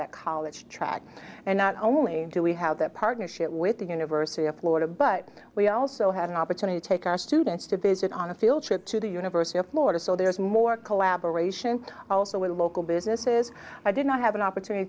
that college track and not only do we have that partnership with the university of florida but we also have an opportunity to take our students to visit on a field trip to the university of florida so there is more collaboration also with local businesses i did not have an opportunity